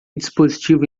dispositivo